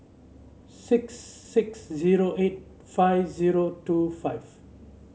six six zero eight five zero two five